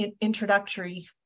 introductory